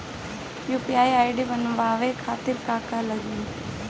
UPI बनावे खातिर का का लगाई?